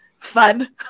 fun